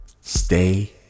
stay